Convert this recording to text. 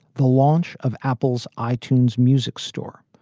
the launch of apple's i-tunes music store,